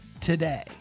today